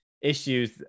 issues